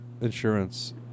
insurance